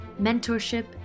mentorship